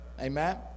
amen